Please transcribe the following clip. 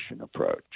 approach